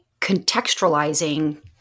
contextualizing